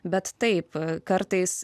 bet taip kartais